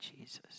Jesus